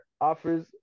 offers